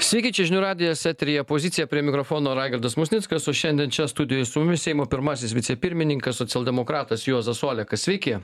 sveiki čia žinių radijas eteryje pozicija prie mikrofono raigardas musnickas o šiandien čia studijoj su mumis seimo pirmasis vicepirmininkas socialdemokratas juozas olekas sveiki sveiki